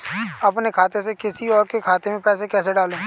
अपने खाते से किसी और के खाते में पैसे कैसे डालें?